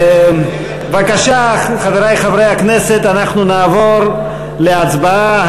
בבקשה, חברי חברי הכנסת, אנחנו נעבור להצבעה.